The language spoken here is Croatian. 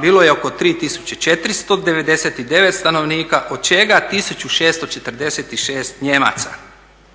bilo je oko 3 tisuće 499 stanovnika od čega 1446 Nijemaca.